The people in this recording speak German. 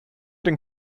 den